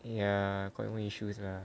ya commitment issues lah